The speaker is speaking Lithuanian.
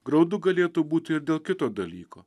graudu galėtų būti ir dėl kito dalyko